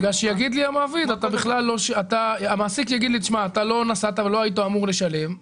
בגלל שיגיד לי המעסיק: אתה לא נסעת ולא היית אמור לשלם,